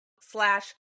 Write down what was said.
slash